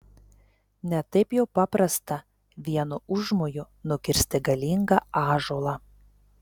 ne taip jau paprasta vienu užmoju nukirsti galingą ąžuolą